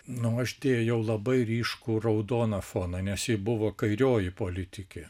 nu aš dėjau labai ryškų raudoną foną nes ji buvo kairioji politikė